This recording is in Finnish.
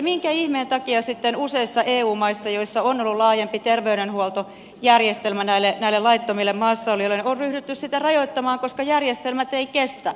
minkä ihmeen takia sitten useissa eu maissa joissa on ollut laajempi terveydenhuoltojärjestelmä näille laittomille maassa olijoille on ryhdytty sitä rajoittamaan koska järjestelmät eivät kestä